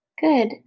Good